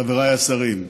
חבריי השרים,